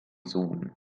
zoom